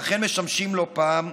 ואכן משמשים לא פעם,